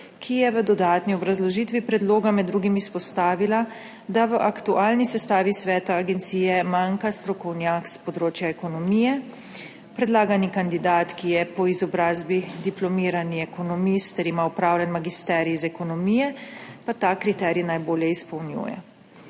ki je v dodatni obrazložitvi predloga med drugim izpostavila, da v aktualni sestavi sveta agencije manjka strokovnjak s področja ekonomije, predlagani kandidat, ki je po izobrazbi diplomirani ekonomist ter ima opravljen magisterij iz ekonomije, pa ta kriterij najbolje izpolnjuje.